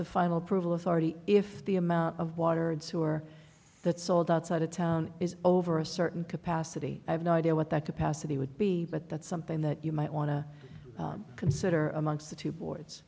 the final approval authority if the amount of water and sewer that sold outside of town is over a certain capacity i have no idea what that capacity would be but that's something that you might want to consider amongst the two bo